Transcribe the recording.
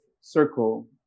circle